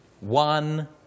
one